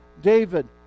David